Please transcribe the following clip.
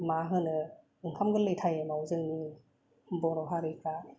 मा होनो ओंखाम गोर्लै टाइमाव जोंनि बर' हारिफ्रा